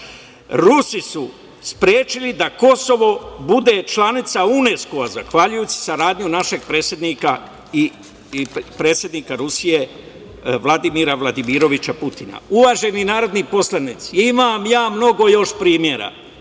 Rusi su sprečili da Kosovo bude članica Unesko-a, zahvaljujući saradnji našeg predsednika i predsednika Rusije, Vladimira Vladimiroviča Putina. Uvaženi narodni poslanici imam ja mnogo još primera,